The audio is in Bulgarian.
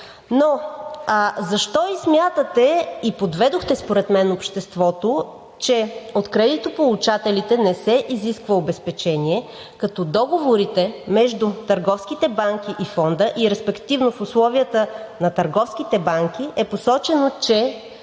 Но защо смятате и подведохте според мен обществото, че от кредитополучателите не се изисква обезпечение, като в договорите между търговските банки и Фонда, и респективно в условията на търговските банки, е посочено, че